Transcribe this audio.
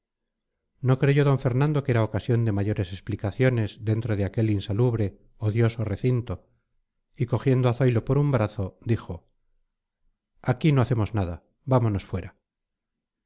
no creyó d fernando que era ocasión de mayores explicaciones dentro de aquel insalubre odioso recinto y cogiendo a zoilo por un brazo dijo aquí no hacemos nada vámonos fuera